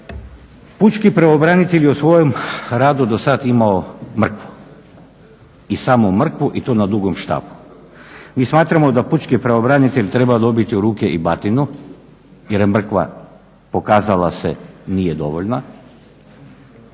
pučki pravobranitelj je u svojem radu dosad imao mrkvu i samo mrkvu i to na dugom štapu. Mi smatramo da pučki pravobranitelj treba dobiti u ruke i batinu jer je mrkva pokazalo se nije dovoljna,